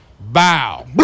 bow